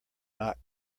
not